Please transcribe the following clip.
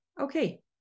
Okay